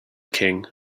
king